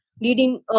leading